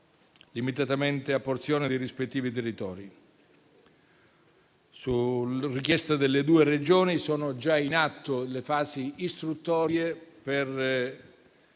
limitatamente a porzioni dei rispettivi territori. Su richiesta delle due Regioni, sono già in atto le fasi istruttorie per